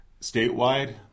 Statewide